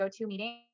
GoToMeeting